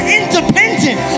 independent